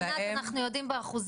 אנחנו רוצים לוודא שזה רק לעניין